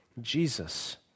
Jesus